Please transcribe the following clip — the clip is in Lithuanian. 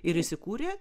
ir įsikūrė